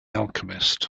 alchemist